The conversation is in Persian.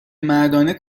مردانه